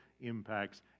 impacts